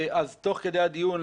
אז תוך כדי הדיון,